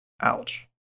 Ouch